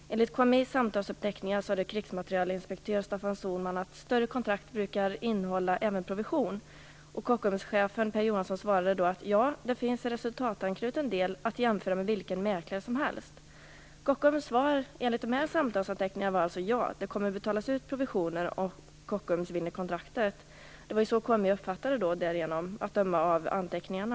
Enligt KMI:s samtalsuppteckningar sade krigsmaterielinspektör Staffan Sohlman att större kontrakt brukar innehålla även provision. Kockumschefen Per Johansson svarade då: Ja, det finns en resultatanknuten del, att jämföra med vilken mäklare som helst. Kockums svar var alltså, enligt denna samtalsuppteckning: Ja, det kommer att betalas ut provisioner om Kockums vinner kontraktet. Det var ju så KMI uppfattade det, att döma av anteckningarna.